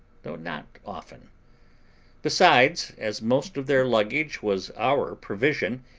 though not often besides, as most of their luggage was our provision,